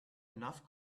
enough